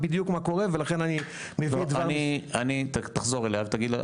בדיוק מה קורה ולכן אני מביא את דבר --- תחזור אליה ותגיד לה,